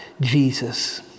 Jesus